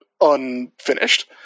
unfinished